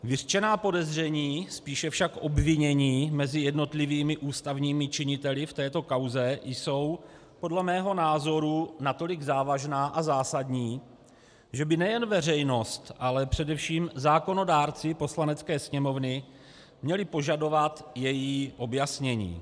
Vyřčená podezření, spíše však obvinění mezi jednotlivými ústavními činiteli v této kauze jsou podle mého názoru natolik závažná a zásadní, že by nejen veřejnost, ale především zákonodárci Poslanecké sněmovny měli požadovat její objasnění.